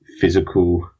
physical